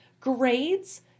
Grades